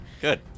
Good